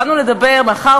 באנו לדבר, מאחר